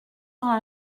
dans